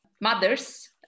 mothers